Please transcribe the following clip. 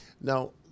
Now